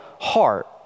heart